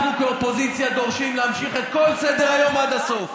אנחנו כאופוזיציה דורשים להמשיך את כל סדר-היום עד הסוף.